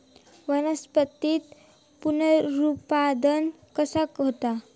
वनस्पतीत पुनरुत्पादन कसा होता?